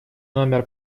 номер